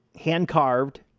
hand-carved